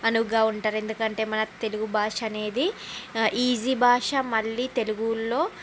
అనువుగా ఉంటారు ఎందుకంటే మన తెలుగు భాష అనేది ఈజీ భాష మళ్ళీ తెలుగులో